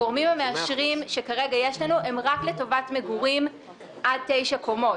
הגורמים המאשרים שכרגע יש לנו הם רק לטובת מגורים עד 9 קומות.